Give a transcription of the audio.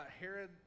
Herod